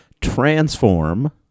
transform